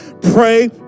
Pray